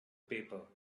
paper